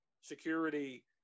security